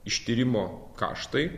ištyrimo kaštai